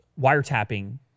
wiretapping